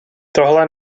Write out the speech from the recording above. tohle